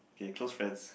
K close friends